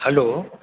हल्लो